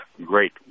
great